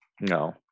no